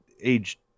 age